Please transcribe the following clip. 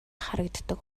харагддаг